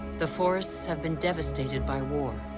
the forests had been devastated by war.